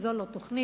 זו לא תוכנית,